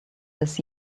this